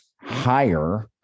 higher